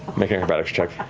make an acrobatics check.